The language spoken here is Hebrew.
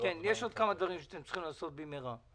יש עוד כמה דברים שאתם צריכים לעשות במהרה.